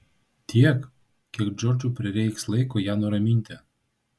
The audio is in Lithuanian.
tiek kiek džordžui prireiks laiko jai nuraminti